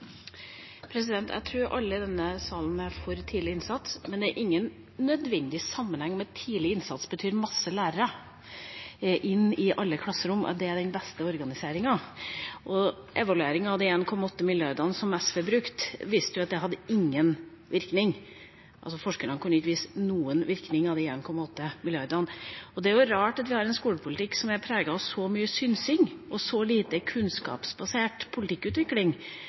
Jeg tror alle i denne salen er for tidlig innsats, men det har ingen nødvendig sammenheng med tidlig innsats at mange lærere inn i alle klasserom er den beste organiseringen. Evalueringen av de 1,8 mrd. kr som SV brukte, viste at de ikke hadde noen virkning – forskerne kunne ikke vise til noen virkning av de 1,8 mrd. kr. Det er rart at vi har en skolepolitikk som er preget av så mye synsing og så lite kunnskapsbasert politikkutvikling